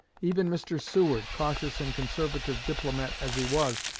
even mr. seward, cautious and conservative diplomat as he was,